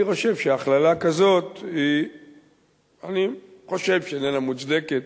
אני חושב שהכללה כזאת איננה מוצדקת,